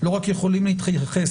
לא רק יכולים להתייחס,